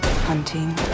Hunting